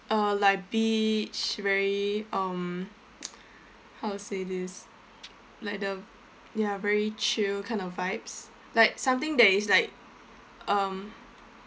uh like beach very um how to say this like the ya very chill kind of vibes like something that is like um